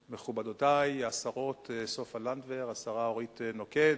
מכובדותי, השרה סופה לנדבר, השרה אורית נוקד,